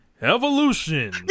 Evolution